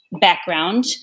background